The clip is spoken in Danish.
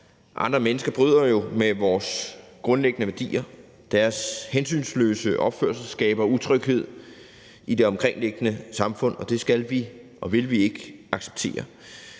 andre mennesker bryder jo med vores grundlæggende værdier. Deres hensynsløse opførsel skaber utryghed i det omkringliggende samfund, og det skal vi og vil vi ikke acceptere.